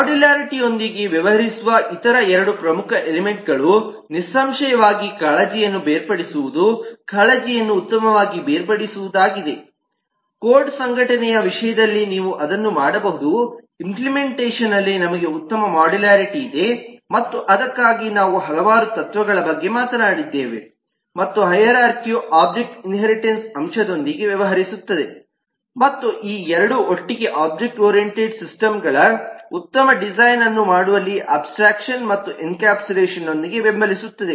ಮಾಡ್ಯೂಲ್ಯಾರಿಟಿಯೊಂದಿಗೆ ವ್ಯವಹರಿಸುವ ಇತರ ಎರಡು ಪ್ರಮುಖ ಎಲಿಮೆಂಟ್ಗಳು ನಿಸ್ಸಂಶಯವಾಗಿ ಕಾಳಜಿಯನ್ನು ಬೇರ್ಪಡಿಸುವುದು ಕಾಳಜಿಯನ್ನು ಉತ್ತಮವಾಗಿ ಬೇರ್ಪಡಿಸುವುದಾಗಿದೆ ಕೋಡ್ ಸಂಘಟನೆಯ ವಿಷಯದಲ್ಲಿ ನೀವು ಅದನ್ನು ಮಾಡಬಹುದು ಇಂಪ್ಲೆಮೆಂಟೇಷನ್ಅಲ್ಲಿ ನಮಗೆ ಉತ್ತಮ ಮಾಡ್ಯೂಲ್ಯಾರಿಟಿ ಇದೆ ಮತ್ತು ಅದಕ್ಕಾಗಿ ನಾವು ಹಲವಾರು ತತ್ವಗಳ ಬಗ್ಗೆ ಮಾತನಾಡಿದ್ದೇವೆ ಮತ್ತು ಹೈರಾರ್ಖಿಯು ಒಬ್ಜೆಕ್ಟ್ನ ಇನ್ಹೇರಿಟನ್ಸ್ ಅಂಶದೊಂದಿಗೆ ವ್ಯವಹರಿಸುತ್ತದೆ ಮತ್ತು ಈ 2 ಒಟ್ಟಿಗೆ ಒಬ್ಜೆಕ್ಟ್ ಓರಿಯೆಂಟೆಡ್ ಸಿಸ್ಟಮ್ಗಳ ಉತ್ತಮ ಡಿಸೈನ್ಅನ್ನು ಮಾಡುವಲ್ಲಿ ಅಬ್ಸ್ಟ್ರಾಕ್ಷನ್ ಮತ್ತು ಎನ್ಕ್ಯಾಪ್ಸುಲಶನ್ನೊಂದಿಗೆ ಬೆಂಬಲಿಸುತ್ತದೆ